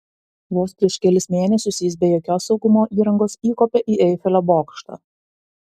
vos prieš kelis mėnesius jis be jokios saugumo įrangos įkopė į eifelio bokštą